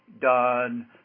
done